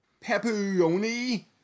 pepperoni